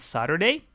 Saturday